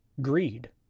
Greed